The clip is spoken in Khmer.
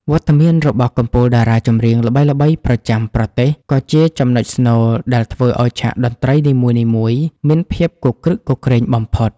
វត្តមានរបស់កំពូលតារាចម្រៀងល្បីៗប្រចាំប្រទេស ក៏ជាចំណុចស្នូលដែលធ្វើឱ្យឆាកតន្ត្រីនីមួយៗមានភាពគគ្រឹកគគ្រេងបំផុត។